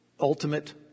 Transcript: ultimate